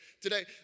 today